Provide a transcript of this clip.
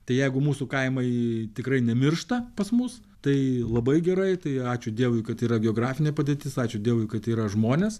tai jeigu mūsų kaimai tikrai nemiršta pas mus tai labai gerai tai ačiū dievui kad yra geografinė padėtis ačiū dievui kad yra žmonės